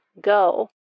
go